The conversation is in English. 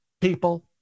people